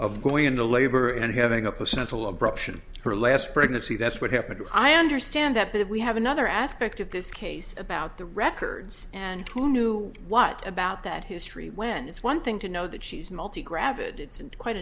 of going into labor and having up essential abruption her last pregnancy that's what happened i understand that but we have another aspect of this case about the records and who knew what about that history when it's one thing to know that she's multi gravatt it's and quite